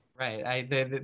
Right